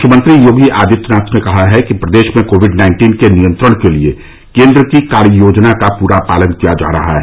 मुख्यमंत्री योगी आदित्यनाथ ने कहा कि प्रदेश में कोविड नाइन्टीन के नियंत्रण के लिए केन्द्र की कार्य योजना का पूरा पालन किया जा रहा है